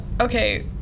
Okay